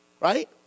right